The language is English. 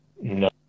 No